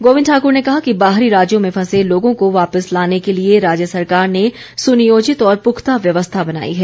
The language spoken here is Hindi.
गोविंद ठाकृर ने कहा कि बाहरी राज्यों में फंसे लोगों को वापिस लाने के लिए राज्य सरकार ने सुनियोजित और पुख्ता व्यवस्था बनाई है